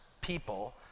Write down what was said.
people